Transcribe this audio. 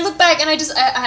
look back and I just I I